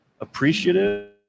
appreciative